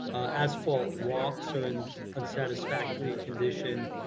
asphalt walks are in unsatisfactory condition,